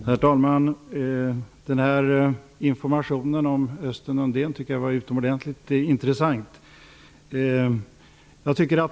Herr talman! Den här informationen om Östen Undén tyckte jag var utomordentligt intressant.